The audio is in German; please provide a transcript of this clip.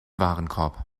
warenkorb